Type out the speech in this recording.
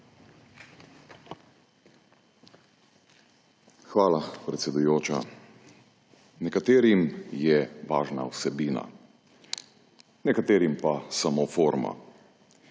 Hvala, predsedujoča. Nekaterim je važna vsebina, nekaterim pa samo forma.